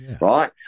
right